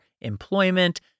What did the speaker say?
employment